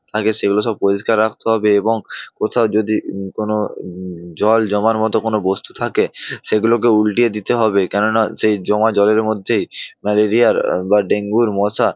থাকে সেগুলো সব পরিষ্কার রাখতে হবে এবং কোথাও যদি কোনো জল জমার মতো কোনো বস্তু থাকে সেগুলোকেও উলটিয়ে দিতে হবে কেননা সেই জমা জলের মধ্যেই ম্যালেরিয়ার বা ডেঙ্গুর মশা